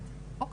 אוקיי.